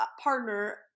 partner